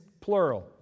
plural